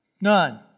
None